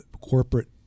Corporate